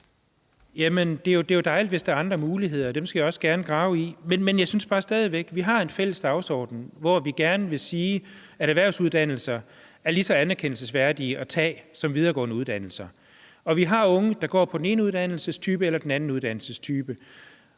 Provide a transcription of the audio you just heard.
Jamen det er jo dejligt, hvis der er andre muligheder. Dem skal jeg også gerne grave i. Men stadig væk: Vi har en fælles dagsorden, hvor vi gerne vil sige, at erhvervsuddannelser er lige så anerkendelsesværdige at tage som videregående uddannelser, og vi har unge, der går på den ene uddannelsestype og den anden uddannelsestype.